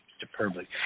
superbly